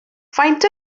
faint